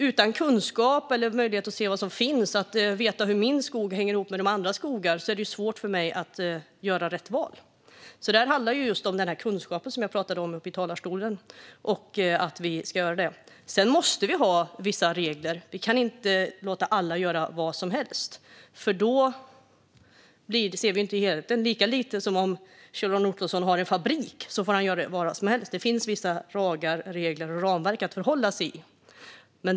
Utan kunskap, utan möjlighet att se vad som finns och veta hur min skog hänger ihop med andra skogar, är det svårt för mig att göra rätt val. Detta handlar just om den kunskap som jag talade om i mitt anförande. Sedan måste vi ha vissa regler. Vi kan inte låta alla göra vad som helst, för då ser vi inte helheten - lika lite som Kjell-Arne Ottosson om han har en fabrik får göra vad som helst. Det finns vissa lagar, regler och ramverk att förhålla sig till.